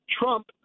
Trump